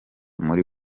muri